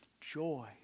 joy